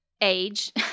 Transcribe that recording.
age